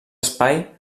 espai